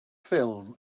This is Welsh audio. ffilm